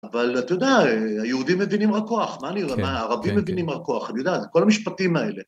אבל אתה יודע, היהודים מבינים רק כוח, מה אני רואה, מה הערבים מבינים רק כוח, אני יודע, כל המשפטים האלה.